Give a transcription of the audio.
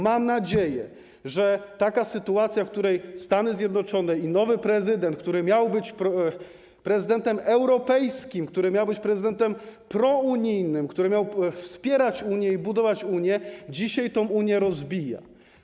Mam nadzieję, że taka sytuacja, w której Stany Zjednoczone i nowy prezydent, który miał być prezydentem europejskim, który miał być prezydentem prounijnym, który miał wspierać Unię i budować Unię, dzisiaj tę Unię rozbija.